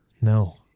no